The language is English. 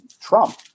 Trump